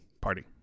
party